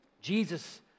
Jesus